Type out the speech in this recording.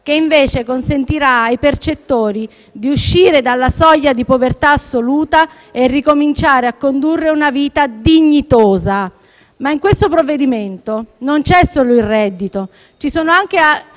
che invece consentirà ai percettori di uscire dalla soglia di povertà assoluta e ricominciare a condurre una vita dignitosa. Ma in questo provvedimento non c'è solo il reddito, ci sono anche